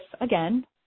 again